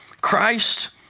Christ